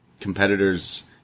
competitors